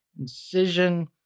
incision